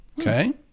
Okay